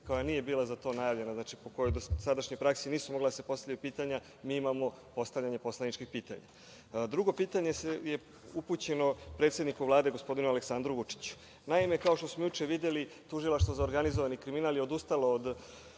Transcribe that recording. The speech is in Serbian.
koja nije bila za to najavljena, a po dosadašnjoj praksi nisu mogla da se postavljaju pitanja, mi imamo postavljanje poslaničkih pitanja? Drugo pitanje je upućeno predsedniku Vlade, gospodinu Aleksandru Vučiću. Naime, kao što smo juče videli, Tužilaštvo za organizovani kriminal je odustalo od